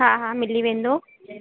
हा हा मिली वेंदो